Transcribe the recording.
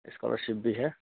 scholarship भी है